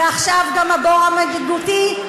ועכשיו גם הבור המנהיגותי,